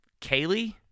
Kaylee